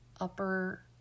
upper